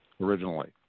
originally